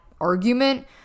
argument